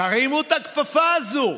תרימו את הכפפה הזאת,